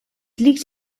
liegt